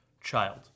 child